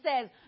says